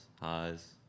Highs